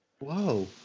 Whoa